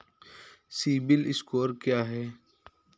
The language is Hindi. सिबिल स्कोर क्या है?